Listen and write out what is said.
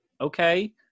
okay